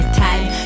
time